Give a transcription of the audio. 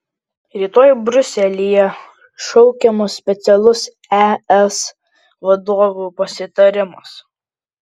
rytoj briuselyje šaukiamas specialus es vadovų pasitarimas